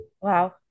Wow